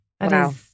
Wow